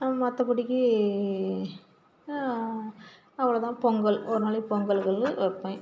மற்றப்படிக்கி அவ்வளோ தான் பொங்கல் ஒரு நாளைக்கு பொங்கல்கள் வைப்பேன்